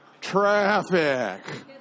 Traffic